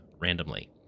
randomly